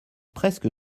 presque